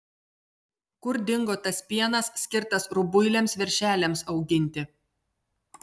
kur dingo tas pienas skirtas rubuiliams veršeliams auginti